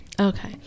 Okay